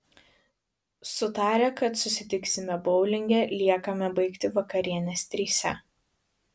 sutarę kad susitiksime boulinge liekame baigti vakarienės trise